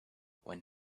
when